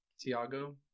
Tiago